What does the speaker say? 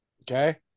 Okay